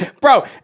bro